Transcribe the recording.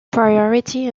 priority